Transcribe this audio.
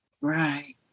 Right